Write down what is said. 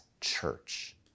church